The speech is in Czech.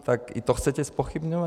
Tak i to chcete zpochybňovat?